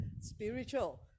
spiritual